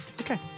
Okay